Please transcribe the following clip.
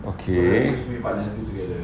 okay oo